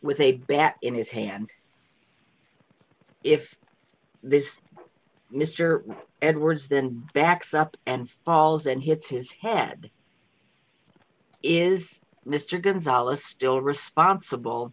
with a bat in his hand if this mr edwards then backs up and falls and hits his head is mr gonzales still responsible